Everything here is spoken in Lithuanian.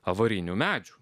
avarinių medžių